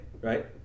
Right